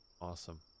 Awesome